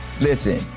listen